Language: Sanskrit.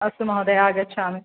अस्तु महोदया आगच्छामि